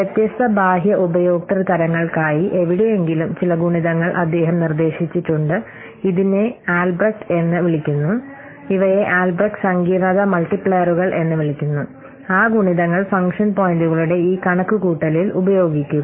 വ്യത്യസ്ത ബാഹ്യ ഉപയോക്തൃ തരങ്ങൾക്കായി എവിടെയെങ്കിലും ചില ഗുണിതങ്ങൾ അദ്ദേഹം നിർദ്ദേശിച്ചിട്ടുണ്ട് ഇതിനെ ആൽബ്രെക്റ്റ് എന്ന് വിളിക്കുന്നു ഇവയെ ആൽബ്രെക്റ്റ് സങ്കീർണ്ണത മൾട്ടിപ്ലയറുകൾ എന്ന് വിളിക്കുന്നു ആ ഗുണിതങ്ങൾ ഫംഗ്ഷൻ പോയിന്റുകളുടെ ഈ കണക്കുകൂട്ടലിൽ ഉപയോഗിക്കുക